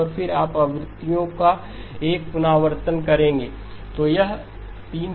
और फिर आप आवृत्तियों का एक पुनरावर्तन करेंगे